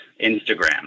Instagram